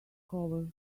over